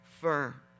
firm